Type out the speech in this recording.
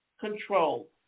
control